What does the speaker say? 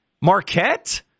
Marquette